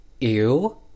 Ew